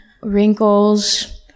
wrinkles